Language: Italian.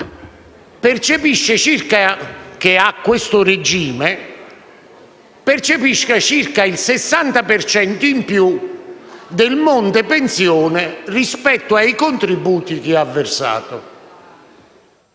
percepisce circa il 60 per cento in più del monte pensione rispetto ai contributi che ha versato.